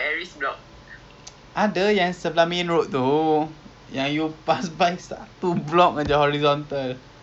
I see I see ya I mean is is it because dia tinggal kat boon keng takde bapa ke tinggal boon keng pasal takde bapa